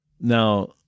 Now